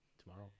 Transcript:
tomorrow